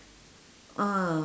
ah